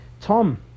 Tom